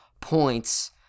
points